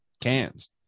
cans